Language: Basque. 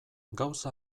gauza